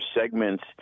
segments